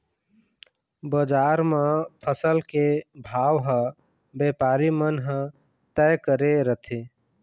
बजार म फसल के भाव ह बेपारी मन ह तय करे रथें